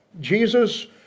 jesus